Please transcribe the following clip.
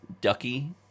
Ducky